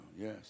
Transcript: Yes